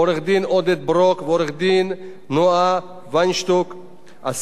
עורך-דין עודד ברוק ועורכת-דין נועה וינשטוק-עסיס,